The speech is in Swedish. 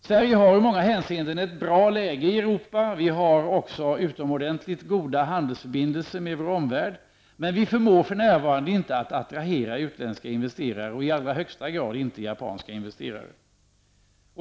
Sverige har i många hänseenden ett bra läge i Europa. Vi har också utomordentligt goda handelsförbindelser med vår omvärld. Men vi förmår för närvarande inte att attrahera utländska investerare -- i allra högsta grad inte japanska investerare.